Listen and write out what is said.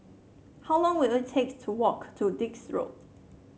how long will it take to walk to Dix Road